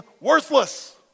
worthless